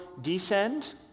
descend